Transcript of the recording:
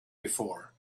before